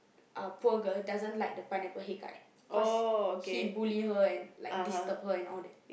uh poor girl doesn't like the Pineapple Head guy cause he bully her and like disturb her and all that